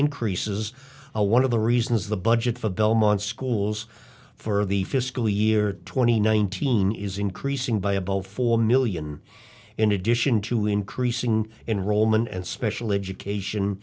increases a one of the reasons the budget for belmont schools for the fiscal year twenty nineteen is increasing by above four million in addition to increasing in roman and special education